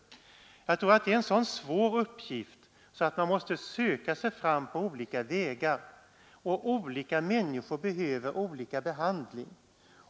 Uppgiften är så svår att man måste söka sig fram på olika vägar. Olika människor behöver också olika behandling.